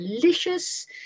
Delicious